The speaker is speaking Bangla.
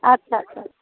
আচ্ছা আচ্ছা